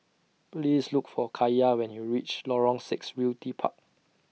Please Look For Kaiya when YOU REACH Lorong six Realty Park